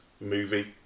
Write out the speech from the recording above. movie